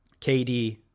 KD